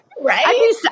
Right